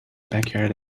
backyard